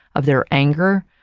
of their anger,